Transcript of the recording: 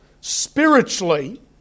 spiritually